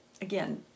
Again